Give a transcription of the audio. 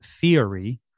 theory